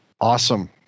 awesome